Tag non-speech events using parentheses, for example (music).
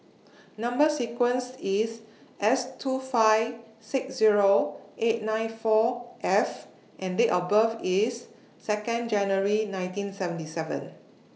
(noise) Number sequence IS S two five six Zero eight nine four F and Date of birth IS Second January nineteen seventy seven